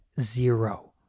zero